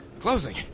Closing